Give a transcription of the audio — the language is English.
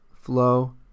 flow